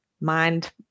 mind